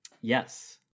Yes